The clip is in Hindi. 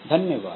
धन्यवाद